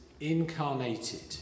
incarnated